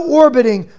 orbiting